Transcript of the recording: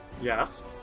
Yes